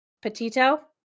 petito